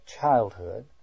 childhood